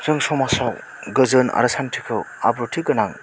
जों समाजाव गोजोन आरो सान्थिखौ आब्रुथि गोनां